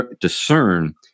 discern